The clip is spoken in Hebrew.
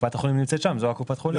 קופת חולים נמצאת שם, זו קופת החולים.